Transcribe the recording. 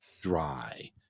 dry